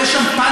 ויש שם פניקה,